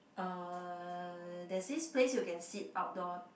uh there's this place you can sit outdoor